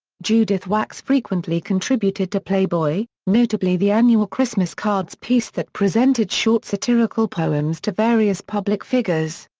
judith wax frequently contributed to playboy, notably the annual christmas cards piece that presented short satirical poems to various public figures.